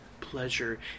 pleasure